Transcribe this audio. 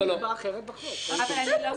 אני לא מבינה